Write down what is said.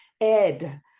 Ed